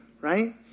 right